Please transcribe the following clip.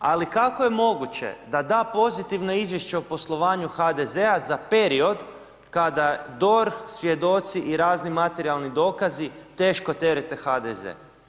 Ali kako je moguće da da pozitivno izvješće o poslovanju HDZ-a za period kada DORH, svjedoci i razni materijalni dokazi teško terete HDZ?